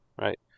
right